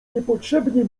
niepotrzebnie